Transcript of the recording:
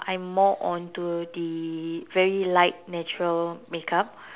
I'm more onto the very light natural makeup